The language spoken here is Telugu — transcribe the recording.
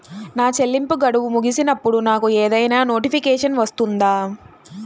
నా చెల్లింపు గడువు ముగిసినప్పుడు నాకు ఏదైనా నోటిఫికేషన్ వస్తుందా?